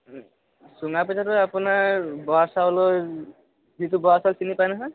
চুঙা পিঠাটো আপোনাৰ বৰা চাউলৰ যিটো বৰা চাউল চিনি পাই নহয়